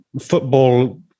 football